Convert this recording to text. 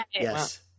Yes